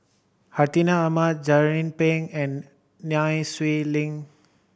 Hartinah Ahmad Jernnine Pang and Nai Swee Leng